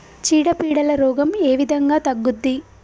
చీడ పీడల రోగం ఏ విధంగా తగ్గుద్ది?